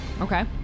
Okay